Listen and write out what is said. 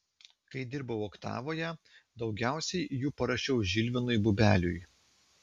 kai dirbau oktavoje daugiausiai jų parašiau žilvinui bubeliui